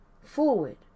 forward